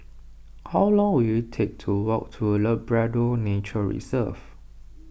how long will it take to walk to Labrador Nature Reserve